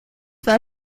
war